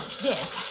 Yes